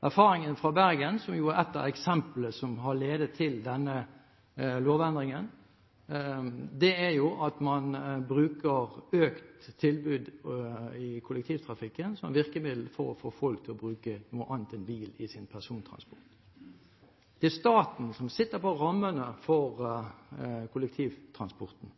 Erfaringen fra Bergen, som er et av eksemplene som har ledet til denne lovendringen, er at man bruker økt tilbud i kollektivtrafikken som virkemiddel for å få folk til å bruke noe annet enn bil i sin persontransport. Det er staten som sitter på rammene for kollektivtransporten.